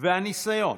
והניסיון